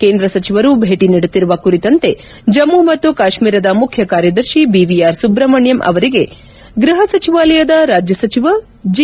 ಕೇಂದ್ರ ಸಚಿವರು ಭೇಟಿ ನೀಡುತ್ತಿರುವ ಕುರಿತಂತೆ ಜಮ್ಮು ಮತ್ತು ಕಾಶ್ಮೀರದ ಮುಖ್ಯ ಕಾರ್ಯದರ್ಶಿ ಬಿವಿಆರ್ ಸುಬ್ರಮಣಿಯಮ್ ಅವರಿಗೆ ಗ್ವಹ ಸಚಿವಾಲಯದ ರಾಜ್ಯ ಸಚಿವ ಜಿ